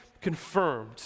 confirmed